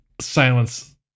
silence